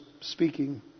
speaking